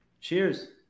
cheers